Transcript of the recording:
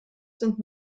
sind